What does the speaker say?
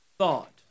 thought